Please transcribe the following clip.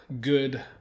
good